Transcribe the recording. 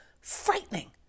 frightening